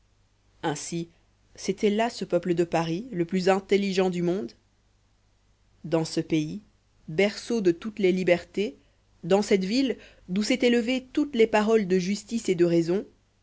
ainsi c'était là ce peuple de paris le plus intelligent du monde dans ce pays berceau de toutes les libertés dans cette ville d'où s'étaient levées toutes les paroles de justice et de raison